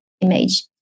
image